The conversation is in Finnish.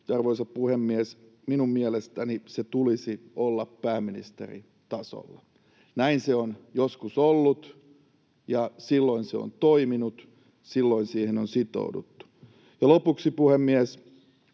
arvoisa puhemies, minun mielestäni sen tulisi olla pääministeritasolla. Näin se on joskus ollut, ja silloin se on toiminut, silloin siihen on sitouduttu. Lopuksi, puhemies,